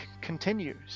continues